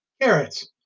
Carrots